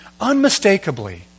unmistakably